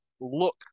look